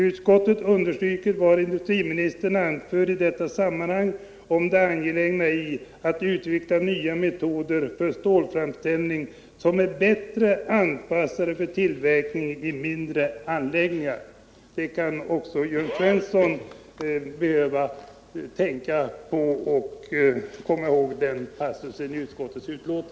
Utskottet understryker vad industriministern anför i detta sammanhang om det angelägna i att utveckla nya metoder för stålframställning som är bättre anpassade för tillverkning i mindre anläggningar.” Den passusen bör Jörn Svensson begrunda.